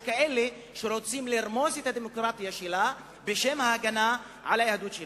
יש כאלה שרוצים לרמוס את הדמוקרטיה שלה בשם ההגנה על היהדות שלה.